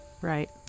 right